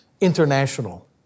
international